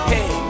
Hey